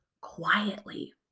quietly